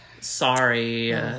sorry